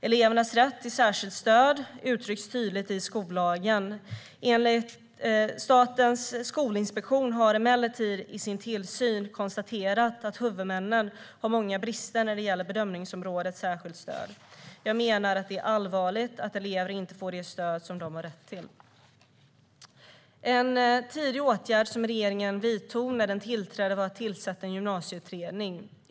Elevernas rätt till särskilt stöd uttrycks tydligt i skollagen . Statens skolinspektion har emellertid i sin tillsyn konstaterat att huvudmännen har många brister när det gäller bedömningsområdet särskilt stöd. Jag menar att det är allvarligt att elever inte får det stöd som de har rätt till. En tidig åtgärd som regeringen vidtog när den tillträdde var att tillsätta en gymnasieutredning.